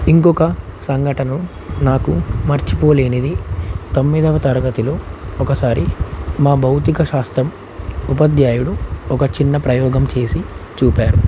ఇంకొక సంఘటన నాకు మర్చిపోలేనిది తొమ్మిదవ తరగతిలో ఒకసారి మా భౌతిక శాస్త్రం ఉపాధ్యాయుడు ఒక చిన్న ప్రయోగం చేసి చూపారు